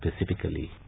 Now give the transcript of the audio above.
specifically